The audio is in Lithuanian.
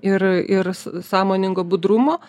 ir ir sąmoningo budrumo